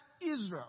Israel